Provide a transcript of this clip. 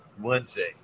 Wednesday